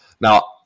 Now